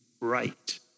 right